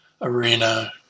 arena